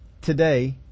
today